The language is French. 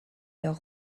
leur